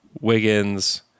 Wiggins